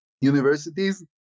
universities